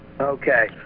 Okay